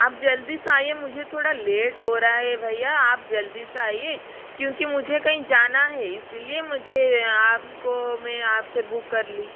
आप जल्दी से आइए मुझे थोड़ा लेट हो रहा है भईया आप जल्दी से आइए क्योंकि मुझे कहीं जाना है इसीलिए मुझे आपको मैं आपसे बुक कर ली